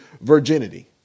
virginity